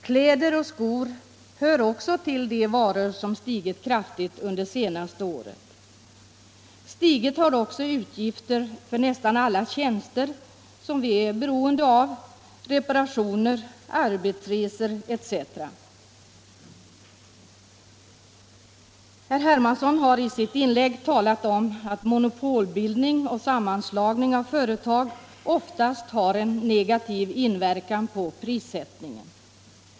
Kläder och skor hör också till de varor som stigit kraftigt i pris under det senaste året. Stigit har också utgifterna för nästan alla tjänster som vi är beroende av, reparationer, arbetsresor etc. Herr Hermansson har i sitt inlägg påpekat att monopolbildning och sammanslagning av företag oftast har en negativ inverkan på prissättningen.